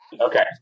Okay